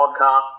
Podcast